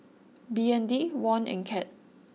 B N D Won and Cad